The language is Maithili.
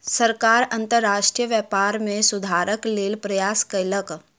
सरकार अंतर्राष्ट्रीय व्यापार में सुधारक लेल प्रयास कयलक